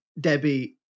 Debbie